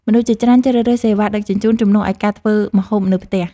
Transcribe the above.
មនុស្សជាច្រើនជ្រើសរើសសេវាដឹកជញ្ជូន ជំនួសឱ្យការធ្វើម្ហូបនៅផ្ទះ។